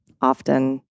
Often